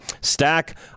Stack